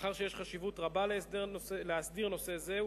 מאחר שיש חשיבות רבה להסדרת נושא זה,